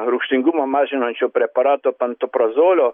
rūgštingumą mažinančio preparato pantoprazolio